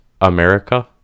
America